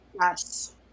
Yes